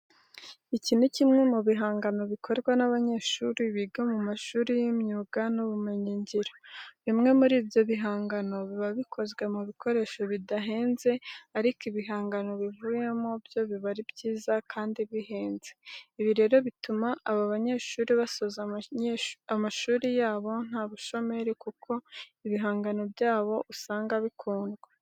Iki ni kimwe mu bihangano bikorwa n'abanyeshuri biga mu mashuri y'imyuga n'ibumenyingiro. Bimwe muri ibyo bihangano biba bikozwe mu bikoresho bidahenze ariko ibihangano bivuyemo byo biba ari byiza kandi bihenze. Ibi rero bituma aba banyeshuri basoza amashuri yabo nta bushomeri kuko ibihangano byabo usanga bikundwa.